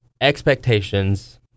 expectations